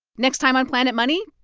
next time on planet money,